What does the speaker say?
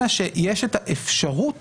אלא שיש האפשרות